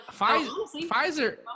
Pfizer